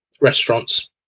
restaurants